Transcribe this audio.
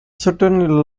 certainly